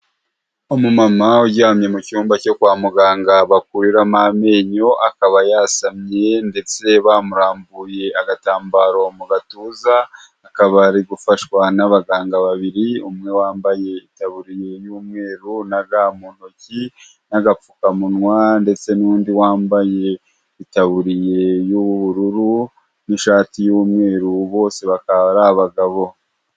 Umu mama uryamye mu cyumba cyo kwa muganga bakurira amenyo akaba yasamye ndetse bamurambuye agatambaro mu gatuza akabari gufashwa n'abaganga babiri umwe wambaye itaburiya y'umweru na gants mu ntoki n'agapfukamunwa ndetse n'undi wambaye itaburiye y'ubururu n'ishati y'umweru bose bakaba ari abagabo.